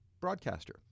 broadcaster